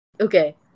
Okay